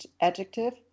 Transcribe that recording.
adjective